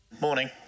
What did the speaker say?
Morning